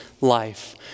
life